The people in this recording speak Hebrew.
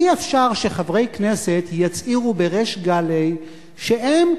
אי-אפשר שחברי כנסת יצהירו בריש גלי שהם